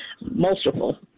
multiple